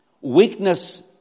Weakness